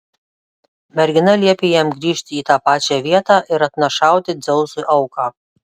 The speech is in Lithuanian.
mergina liepė jam grįžti į tą pačią vietą ir atnašauti dzeusui auką